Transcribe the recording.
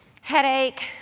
Headache